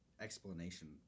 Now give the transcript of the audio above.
explanation